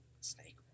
Snake